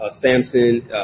Samson